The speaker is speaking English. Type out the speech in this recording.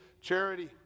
charity